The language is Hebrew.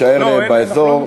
תישאר באזור.